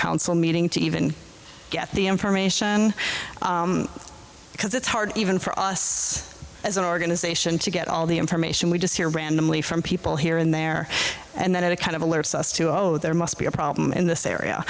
council meeting to even get the information because it's hard even for us as an organization to get all the information we just hear randomly from people here and there and then it kind of alerts us to oh there must be a problem in this area